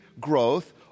growth